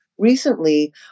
Recently